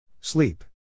Sleep